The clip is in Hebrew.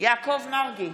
יעקב מרגי,